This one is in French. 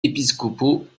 épiscopaux